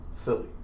Philly